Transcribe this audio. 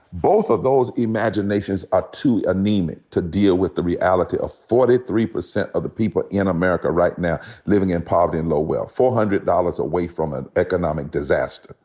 both of those imaginations are too anemic to deal with the reality of forty three percent of the people in america right now living in poverty and low wealth, four hundred dollars away from an economic disaster.